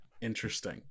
interesting